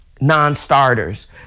non-starters